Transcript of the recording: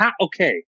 Okay